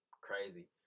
crazy